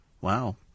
Wow